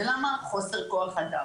בגלל חוסר כוח אדם.